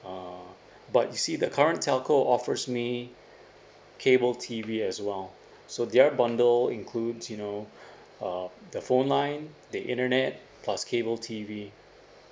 uh but you see the current telco offers me cable T_V as well so their bundle includes you know uh the phone line the internet plus cable T_V